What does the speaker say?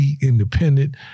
independent